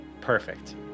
Perfect